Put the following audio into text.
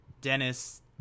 Dennis